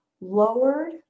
lowered